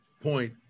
point